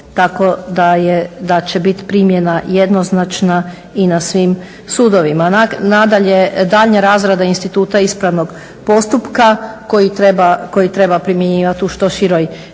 tako da će biti primjena jednoznačna i na svim sudovima. Nadalje, daljnja razrada instituta ispravnog postupka koji treba primjenjivati u što široj